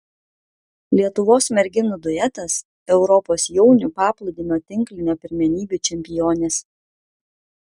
lietuvos merginų duetas europos jaunių paplūdimio tinklinio pirmenybių čempionės